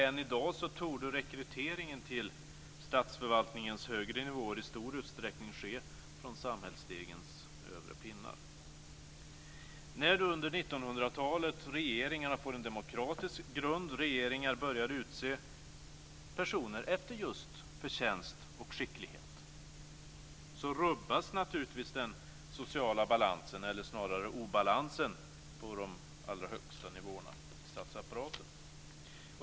Än i dag torde rekryteringen till statsförvaltningens högre nivåer i stor utsträckning ske från samhällsstegens övre pinnar. När då regeringarna får en demokratisk grund under 1900-talet och börjar utse personer efter just förtjänst och skicklighet rubbas naturligtvis den sociala balansen, eller snarare obalansen, på de allra högsta nivåerna i statsapparaten.